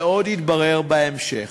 ועוד יתברר בהמשך.